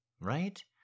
right